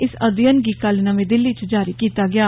इस अध्ययन गी कल नमीं दिल्ली च जारी कीता गेआ